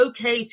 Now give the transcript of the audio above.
okay